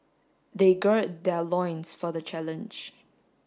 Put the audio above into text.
they gird their loins for the challenge